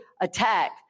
attack